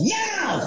now